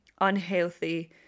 unhealthy